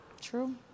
True